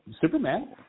Superman